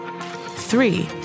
Three